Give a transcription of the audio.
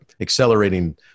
accelerating